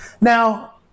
Now